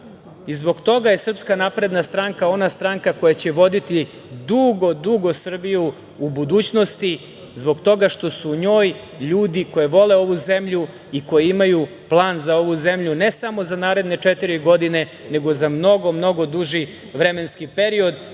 toga je SNS ona stranka koja će voditi dugo, dugo Srbiju u budućnosti zbog toga što su njoj ljudi koji vole ovu zemlju i koji imaju plan za ovu zemlju, ne samo za naredne četiri godine, nego za mnogo, mnogo duži vremenski period. Mi